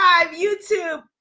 YouTube